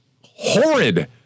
horrid